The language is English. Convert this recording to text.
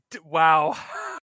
wow